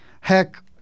Heck